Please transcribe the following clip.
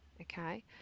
Okay